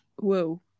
Whoa